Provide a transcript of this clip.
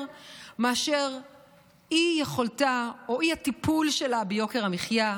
מאשר אי-יכולתה או אי-הטיפול שלה ביוקר המחיה,